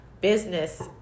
business